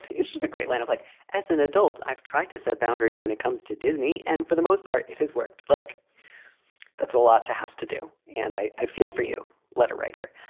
it's just a great line of like as an adult, i've tried to set boundaries when it comes to disney. and for the most part, it has worked like that's a lot to have to do. and i i feel for you. letter writer.